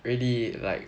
really like